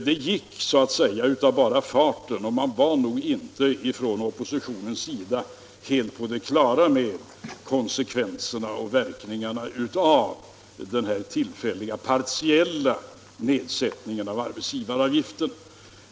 Det gick så att säga av bara farten, och på oppositionshåll var man nog inte helt på det klara med verkningarna av beslutet.